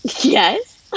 Yes